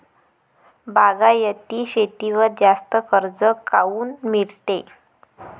बागायती शेतीवर जास्त कर्ज काऊन मिळते?